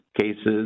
cases